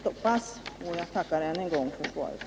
stoppas. Jag tackar än en gång för svaret.